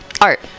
art